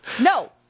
No